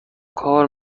کار